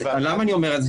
למה אני אומר את זה?